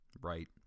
right